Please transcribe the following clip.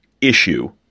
issue